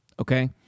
okay